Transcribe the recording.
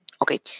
Okay